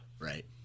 Right